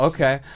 Okay